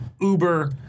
Uber